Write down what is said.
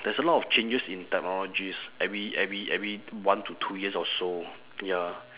there's a lot of changes in technologies every every every one to two years or so ya